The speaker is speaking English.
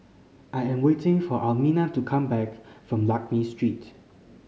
I am waiting for Elmina to come back from Lakme Street